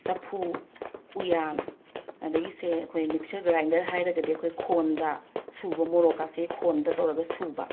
ꯆꯐꯨ ꯎꯌꯥꯟ ꯑꯗꯒꯤ ꯁꯦ ꯑꯩꯈꯣꯏ ꯃꯤꯛꯆꯔ ꯒ꯭ꯔꯥꯏꯟꯗꯔ ꯍꯥꯏꯔꯒꯗꯤ ꯑꯩꯈꯣꯏ ꯈꯣꯟꯗ ꯁꯨꯕ ꯃꯣꯔꯣꯛꯀꯥꯁꯦ ꯈꯣꯟꯗ ꯇꯧꯔꯒ ꯁꯨꯕ